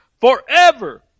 forever